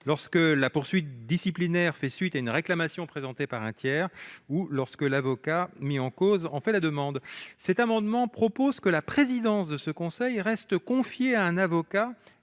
lorsque la poursuite disciplinaire fait suite à une réclamation présentée par un tiers ou lorsque l'avocat mis en cause en fait la demande. Cet amendement tend à prévoir que la présidence de ce conseil reste confiée à un avocat,